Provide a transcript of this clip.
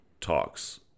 talks